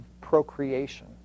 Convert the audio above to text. procreation